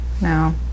no